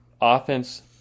offense